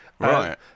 Right